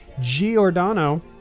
giordano